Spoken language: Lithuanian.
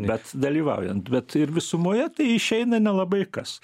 bet dalyvaujant bet ir visumoje tai išeina nelabai kas